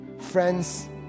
friends